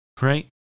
right